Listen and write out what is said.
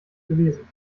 gewesen